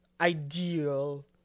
ideal